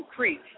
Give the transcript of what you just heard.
Creek